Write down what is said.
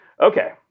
Okay